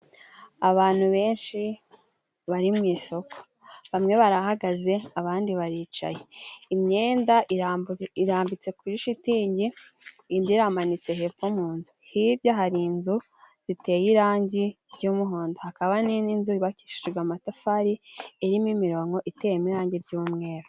Abantu benshi bari mu isoko, bamwe barahagaze, abandi baricaye. Imyenda irambitse kuri shitingi, indi iramanitse, gepfo mu nzu. Hirya hari nzu ziteye irangi ry'umuhondo, hakaba n'indi nzu yubakishijwe amatafari, irimo imironko, iteyemo irangi ry'umweru.